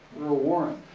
earl warren.